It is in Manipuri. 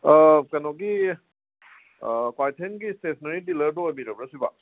ꯑꯥ ꯀꯩꯅꯣꯒꯤ ꯀ꯭ꯋꯥꯀꯩꯊꯦꯜꯒꯤ ꯏꯁꯇꯦꯁꯟꯅꯦꯔꯤ ꯗꯤꯂꯔꯗꯨ ꯑꯣꯏꯕꯤꯔꯕ꯭ꯔꯣ ꯁꯤꯕꯣ